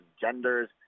genders